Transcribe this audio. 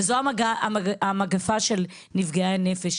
וזו המגיפה של נפגעי הנפש.